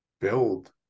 build